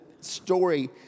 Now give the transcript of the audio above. story